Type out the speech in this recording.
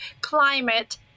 climate